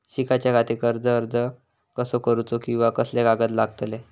शिकाच्याखाती कर्ज अर्ज कसो करुचो कीवा कसले कागद लागतले?